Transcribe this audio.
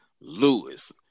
Lewis